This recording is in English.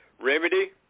remedy